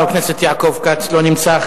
חבר הכנסת יעקב כץ, לא נמצא.